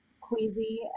queasy